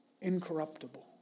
incorruptible